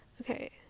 okay